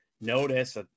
notice